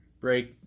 break